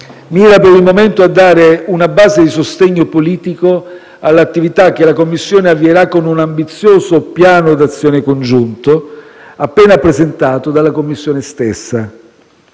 mira per il momento a dare una base di sostegno politico all'attività che la Commissione avvierà con un ambizioso piano d'azione congiunto appena presentato dalla Commissione stessa.